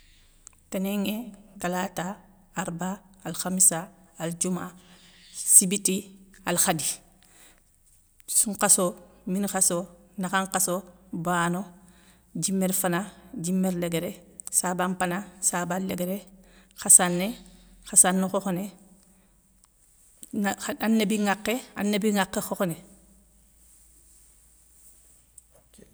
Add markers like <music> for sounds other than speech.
Ténénŋé. talata, arba, alkhamssa, aldjouma. sibiti. alkhadi. Sounkhass, mini khasso. nakhan nkhasso, bano, djimérfana, djimér léguéré, saba mpana, saba léguéré, khassané, khassané khokhoné, <hesitation> anabi nŋwakhé. anabi nŋwakhé khokhoné.